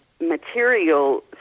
material